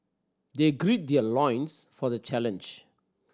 they gird their loins for the challenge